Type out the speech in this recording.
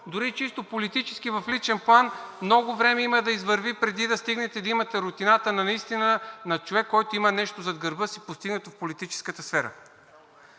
дори чисто политически в личен план много време има да извървите, преди да стигнете да имате рутината на човек, който има нещо зад гърба си, постигнато в политическата сфера.